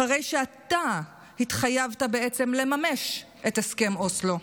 אחרי שאתה התחייבת בעצם לממש את הסכם אוסלו,